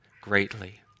greatly